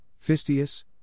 Fistius